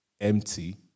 empty